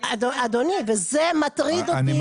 אדוני, זה מטריד אותי.